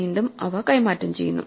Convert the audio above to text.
വീണ്ടും ഇവ കൈമാറ്റം ചെയ്യുന്നു